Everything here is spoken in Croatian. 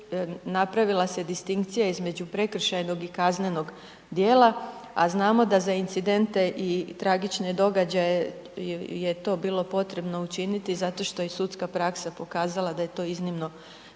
napravila se distinkcija između prekršajnog i kaznenog djela a znamo da za incidente i tragične događaje je to bilo potrebno učiniti zato što je sudska praksa pokazala da je to iznimno potrebno.